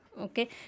okay